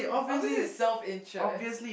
obviously is self interest